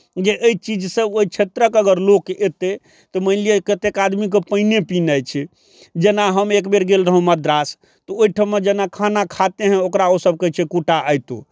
जे एहि चीजसँ ओहि क्षेत्रक अगर लोक अयतै तऽ मानि लिअ कतेक आदमीकेँ पानिए पीनाइ छै जेना हम एक बेर गेल रहौँ मद्रास तऽ ओहिठिमा जेना खाना खाते हैं ओकरा ओसभ कहै छै कुटा आइ तू